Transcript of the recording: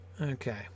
Okay